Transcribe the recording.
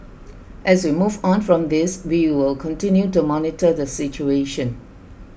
as we move on from this we will continue to monitor the situation